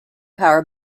power